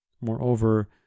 Moreover